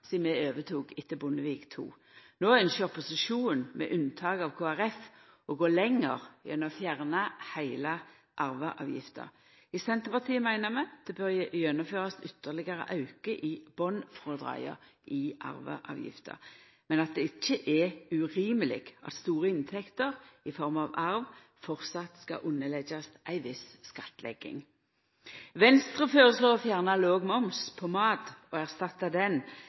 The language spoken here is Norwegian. sidan vi overtok etter Bondevik II-regjeringa. No ynskjer opposisjonen, med unntak av Kristeleg Folkeparti, å gå lenger gjennom å fjerna heile arveavgifta. I Senterpartiet meiner vi at det bør gjennomførast ytterlegare auke i botnfrådraga i arveavgifta, men at det ikkje er urimeleg at store inntekter i form av arv fortsatt skal underleggjast ei viss skattlegging. Venstre føreslår å fjerna låg moms på mat og erstatta